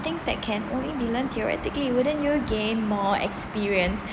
things that can only be learn theoretically wouldn't you gain more experience